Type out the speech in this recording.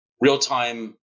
real-time